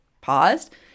paused